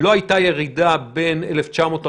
לא הייתה ירידה בין 1948